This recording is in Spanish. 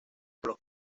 polos